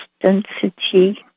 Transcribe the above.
density